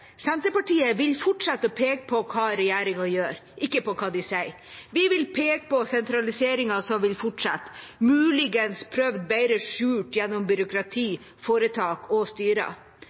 Senterpartiet vil fortsette å peke på det regjeringa gjør, ikke på det den sier. Vi vil peke på sentraliseringen, som vil fortsette, muligens prøvd bedre skjult gjennom byråkrati, foretak og